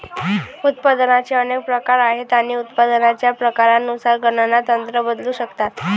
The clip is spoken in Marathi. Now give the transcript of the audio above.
उत्पादनाचे अनेक प्रकार आहेत आणि उत्पादनाच्या प्रकारानुसार गणना तंत्र बदलू शकतात